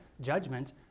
judgment